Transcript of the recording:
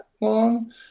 long